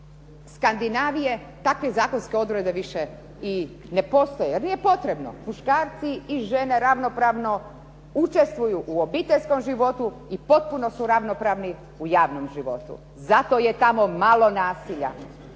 Skandinavije takve zakonske odredbe više i ne postoje, jer nije potrebno. Muškarci i žene ravnopravno učestvuju u obiteljskom životu i potpuno su ravnopravni u javnom životu. Zato je tamo malo nasilja.